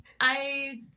I-